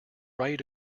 right